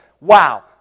Wow